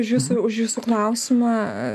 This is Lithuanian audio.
už jūsų už jūsų klausimą